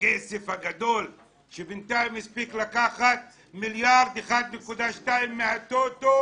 הכסף הגדול שבינתיים הספיק לקחת 1.2 מיליארד מהטוטו,